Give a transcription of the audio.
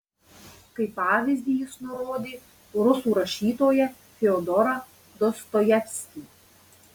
kaip pavyzdį jis nurodė rusų rašytoją fiodorą dostojevskį